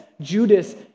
Judas